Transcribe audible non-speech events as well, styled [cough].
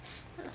[noise]